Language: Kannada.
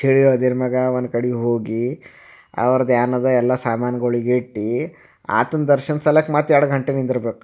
ಸಿಡಿ ಇಳ್ದಿರೆ ಮ್ಯಾಲೆ ಒಂದು ಕಡೆ ಹೋಗಿ ಅವ್ರದ್ದು ಏನಿದೆ ಎಲ್ಲ ಸಾಮಾನುಗಳಿಗಿಟ್ಟು ಆತನ ದರ್ಶನ ಸಲ್ಲೆಕ ಮತ್ತೆ ಎರ್ಡು ಗಂಟೆ ನಿಂದರಬೇಕು